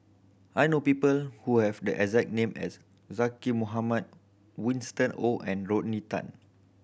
I know people who have the exact name as Zaqy Mohamad Winston Oh and Rodney Tan